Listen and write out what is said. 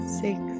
six